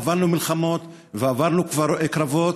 עברנו מלחמות ועברנו קרבות,